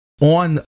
on